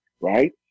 right